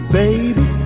baby